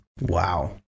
Wow